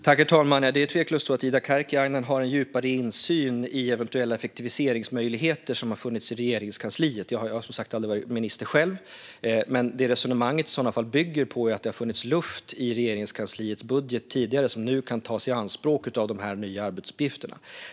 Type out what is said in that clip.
Herr talman! Det är tveklöst så att Ida Karkiainen har en djupare insyn i eventuella effektiviseringsmöjligheter som har funnits i Regeringskansliet. Jag har som sagt aldrig varit minister själv, men det resonemanget i så fall bygger på är att det tidigare har funnits luft i Regeringskansliets budget som nu kan tas i anspråk för de nya arbetsuppgifterna.